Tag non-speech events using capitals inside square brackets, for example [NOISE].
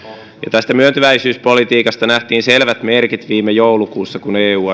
tästä myöntyväisyyspolitiikasta nähtiin selvät merkit viime joulukuussa kun eu [UNINTELLIGIBLE]